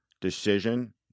decision